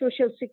social